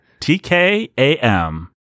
T-K-A-M